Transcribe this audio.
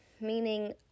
Meaning